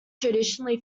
traditionally